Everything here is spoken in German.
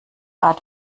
art